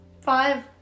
five